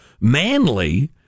manly